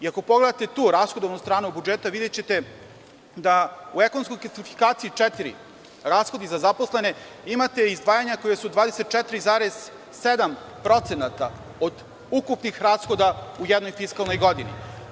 Ako pogledate tu rashodovanu stranu budžeta, videćete da u ekonomskoj klasifikaciji četiri – rashodi za zaposlene, imate izdvajanja koja su 24,7% od ukupnih rashoda u jednoj fiskalnoj godini.